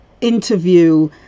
interview